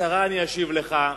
אני אשיב לך בקצרה.